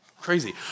Crazy